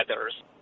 others